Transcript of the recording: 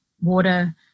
water